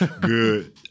Good